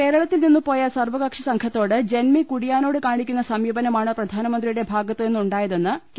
കേരളത്തിൽനിന്ന്പോയ സർവ്വകക്ഷിസംഘത്തോട് ജന്മി കുടിയാന്മാരോട് കാണിക്കുന്ന സമീപന മാണ് പ്രധാനമന്ത്രിയുടെ ഭാഗത്തുനിന്നുണ്ടായതെന്ന് കെ